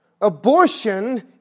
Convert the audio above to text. Abortion